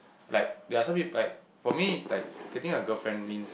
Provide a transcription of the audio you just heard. like there're some people like for me like getting a girlfriend means